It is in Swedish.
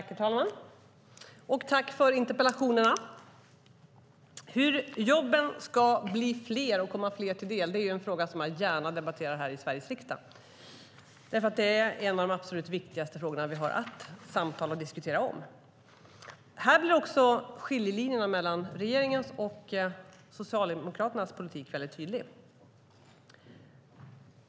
Herr talman! Tack för interpellationerna! Hur jobben ska bli fler och komma fler till del är en fråga som jag gärna debatterar här i Sveriges riksdag. Det är en av de absolut viktigaste frågorna vi har att samtala om och diskutera. Här är skiljelinjen mellan regeringens och Socialdemokraternas politik väldigt tydlig.